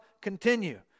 continue